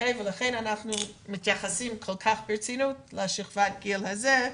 לכן אנחנו מתייחסים כל כך ברצינות לשכבת הגיל הזו,